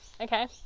Okay